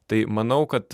tai manau kad